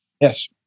Yes